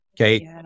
Okay